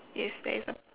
yes there is a p~